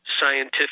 scientific